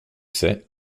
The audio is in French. sais